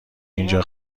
اینجا